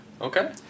Okay